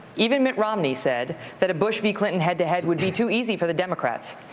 even mitt romney said that a bush v. clinton head-to-head would be too easy for the democrats.